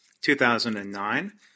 2009